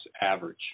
average